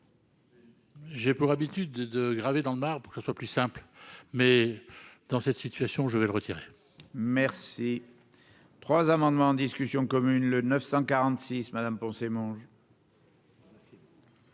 J'ai pour habitude de graver dans le marbre pour que ce soit plus simple, mais dans cette situation, je vais le retirer. Merci. 3 amendements en discussion commune le 946 madame pour